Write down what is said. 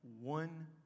one